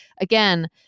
again